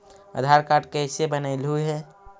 आधार card कईसे बनैलहु हे?